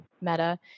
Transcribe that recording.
meta